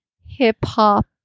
hip-hop